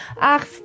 Ach